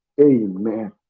Amen